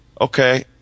okay